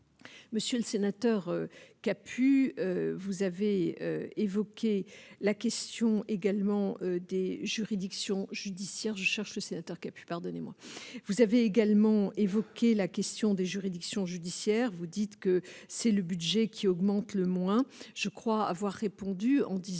Monsieur le sénateur pu vous avez évoqué la question également des juridictions judiciaires, je cherche sénateur qui a pu, pardonnez-moi, vous avez également évoqué la question des juridictions judiciaires, vous dites que c'est le budget qui augmente le moins je crois avoir répondu en disant